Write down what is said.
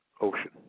Ocean